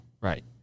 Right